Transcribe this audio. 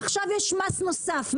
עכשיו יש מס נוסף,